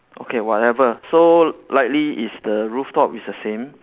okay whatever so likely it's the rooftop is the same